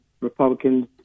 Republicans